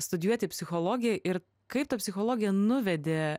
studijuoti psichologiją ir kaip ta psichologija nuvedė